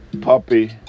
puppy